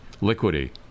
liquidity